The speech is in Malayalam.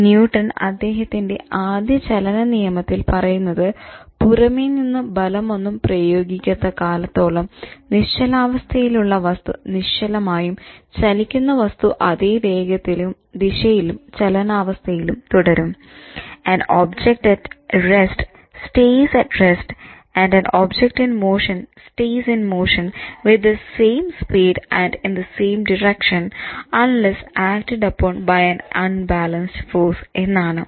ന്യൂട്ടൺ അദ്ദേഹത്തിന്റെ ആദ്യ ചലന നിയമത്തിൽ പറയുന്നത് "പുറമെ നിന്ന് ബലമൊന്നും പ്രായോഗിക്കാത്ത കാലത്തോളം നിശ്ചലാവസ്ഥയിലുള്ള വസ്തു നിശ്ചലമായും ചലിക്കുന്ന വസ്തു അതെ വേഗത്തിലും ദിശയിലും ചലനാവസ്ഥയിലും തുടരും" An object at rest stays at rest and an object in motion stays in motion with the same speed and in the same direction unless acted upon by an unbalanced force എന്നാണ്